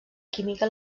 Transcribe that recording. química